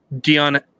Dion